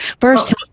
first